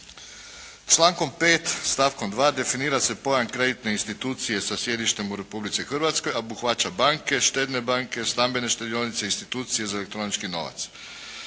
Člankom 5. stavkom 2. definira se pojam kreditne institucije sa sjedištem u Republici Hrvatskoj, a obuhvaća banke, štedne banke, stambene štedionice, institucije za elektronički novac.